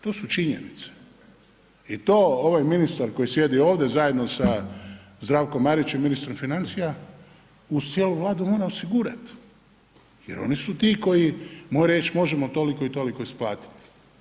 To su činjenice i to ovaj ministar koji sjedi ovdje zajedno sa Zdravkom Marićem ministrom financija uz cijelu Vladu mora osigurat jer oni su ti koji moraju reći možemo toliko i toliko isplatiti.